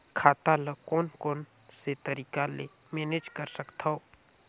खाता ल कौन कौन से तरीका ले मैनेज कर सकथव?